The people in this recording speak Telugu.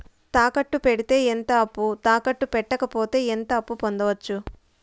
తాకట్టు పెడితే ఎంత అప్పు, తాకట్టు పెట్టకపోతే ఎంత అప్పు పొందొచ్చు?